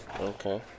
Okay